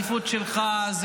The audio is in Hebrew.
זה לא בראש סדר העדיפות שלך,